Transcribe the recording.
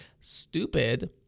stupid